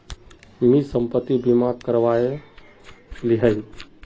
मी संपत्ति बीमा करवाए लियाही